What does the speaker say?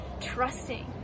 trusting